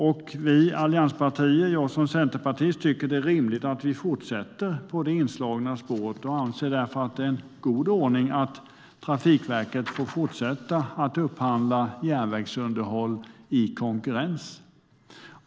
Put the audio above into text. Jag som centerpartist, och vi i Alliansen, tycker att det är rimligt att vi fortsätter på det inslagna spåret. Vi anser därför att det är en god ordning att Trafikverket får fortsätta att upphandla järnvägsunderhåll i konkurrens.